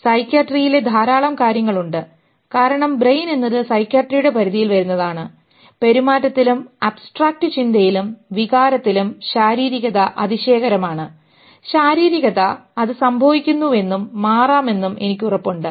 സൈക്യാട്രിയിലെ ധാരാളം കാര്യങ്ങൾ ഉണ്ട് കാരണം ബ്രെയിൻ എന്നത് സൈക്യാട്രിയുടെ പരിധിയിൽ വരുന്നതാണ് പെരുമാറ്റത്തിലും അബ്സ്ട്രാക്റ്റ് ചിന്തയിലും വികാരത്തിലും ശാരീരികത അതിശയകരമാണ് ശാരീരികത അത് സംഭവിക്കുന്നുവെന്നും മാറാമെന്നും എനിക്ക് ഉറപ്പുണ്ട്